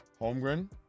Holmgren